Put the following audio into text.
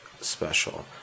special